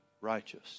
righteous